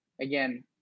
again